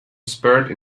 spurred